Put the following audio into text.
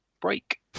break